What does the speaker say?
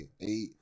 eight